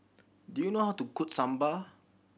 do you know how to cook Sambar